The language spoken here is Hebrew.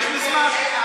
יש מסמך.